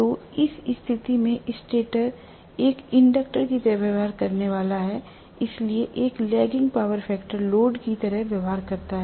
तो इस स्थिति में स्टेटर एक इंडक्टर की तरह व्यवहार करने वाला है इसलिए एक लैगिंग पावर फैक्टर लोड की तरह व्यवहार करता है